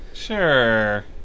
Sure